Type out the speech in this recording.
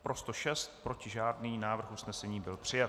Pro 106, proti žádný, návrh usnesení byl přijat.